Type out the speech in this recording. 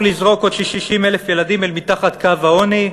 לזרוק עוד 60,000 ילדים אל מתחת קו העוני,